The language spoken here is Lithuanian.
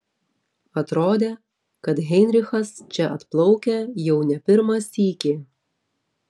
atrodė kad heinrichas čia atplaukia jau ne pirmą sykį